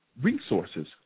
resources